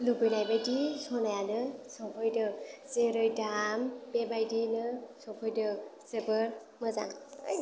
लुबैनाय बायदि सनायानो सफैदों जेरै दाम बेबायदिनो सफैदों जोबोद मोजां